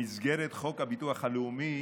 במסגרת חוק הביטוח הלאומי